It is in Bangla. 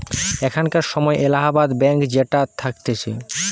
এখানকার সময় এলাহাবাদ ব্যাঙ্ক যেটা থাকতিছে